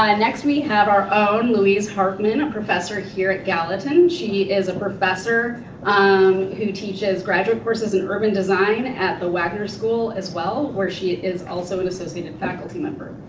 um next we have our own louise harpman, a professor here at gallatin. she is a professor um who teaches graduate courses in urban design at the wagner school as well where she is also an associated faculty member.